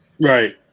Right